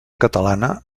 catalana